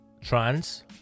trans